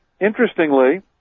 interestingly